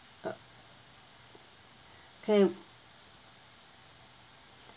uh K